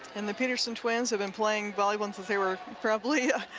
and the petersen twins have been playing volleyball since they were probably